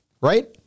right